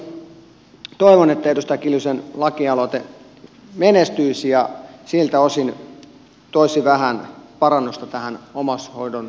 toivon että edustaja kiljusen lakialoite menestyisi ja siltä osin toisi vähän parannusta tähän omaishoidon tuen ongelmaan